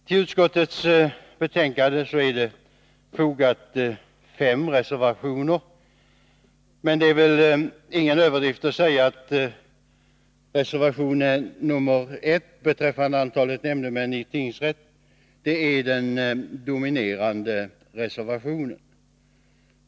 Till utskottets betänkande är fogade fem reservationer. Det är väl ingen överdrift att säga att reservation nr 1 beträffande antalet nämndemän i tingsrätt är den dominerande reservationen.